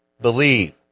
believe